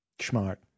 Smart